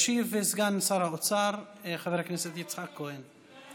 ישיב סגן שר האוצר חבר הכנסת יצחק כהן.